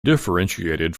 differentiate